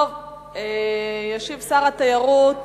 צריך לשנות את התקנון.